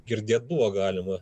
girdėt buvo galima